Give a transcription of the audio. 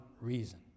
reason